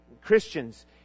Christians